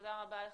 תודה רבה לך,